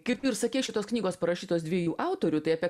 kaip ir sakei šitos knygos parašytos dviejų autorių tai apie